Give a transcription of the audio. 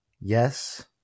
yes